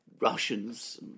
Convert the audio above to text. Russians